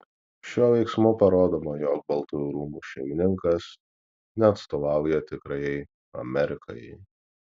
šiuo veiksmu parodoma jog baltųjų rūmų šeimininkas neatstovauja tikrajai amerikai